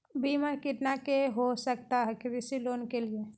बीमा कितना के हो सकता है कृषि लोन के लिए?